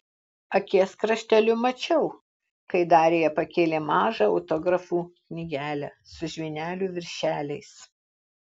akies krašteliu mačiau kai darija pakėlė mažą autografų knygelę su žvynelių viršeliais